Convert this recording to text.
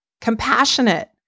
compassionate